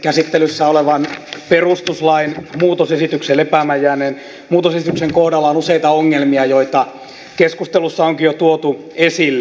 käsittelyssä olevan perustuslain lepäämään jääneen muutosesityksen kohdalla on useita ongelmia joita keskustelussa onkin jo tuotu esille